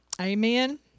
Amen